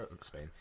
Spain